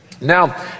Now